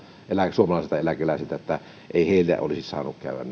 suomalaisilta eläkeläisiltä että ei heille olisi saanut käydä